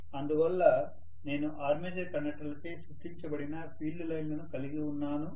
అందువల్ల నేను ఆర్మేచర్ కండక్టర్లచే సృష్టించబడిన ఫీల్డ్ లైన్లను కలిగి ఉన్నాను